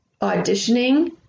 auditioning